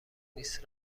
نیست